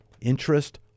interest